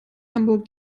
hamburg